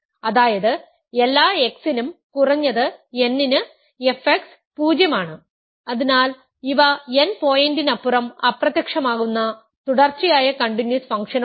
അതായത് എല്ലാ x നും കുറഞ്ഞത് n ന് fx 0 ആണ് അതിനാൽ ഇവ n പോയിന്റിനപ്പുറം അപ്രത്യക്ഷമാകുന്ന തുടർച്ചയായ കണ്ടിന്യൂസ് ഫംഗ്ഷനുകളാണ്